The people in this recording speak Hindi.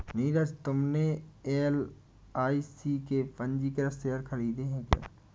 नीरज तुमने एल.आई.सी के पंजीकृत शेयर खरीदे हैं क्या?